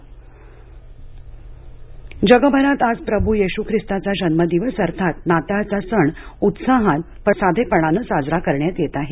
नाताळ जगभरात आज प्रभू येशू ख़िस्ताचा जन्मदिवस अर्थात नाताळचा सण उत्साहात परंतु साधेपणानं साजरा करण्यात येत आहे